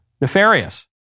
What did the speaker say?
Nefarious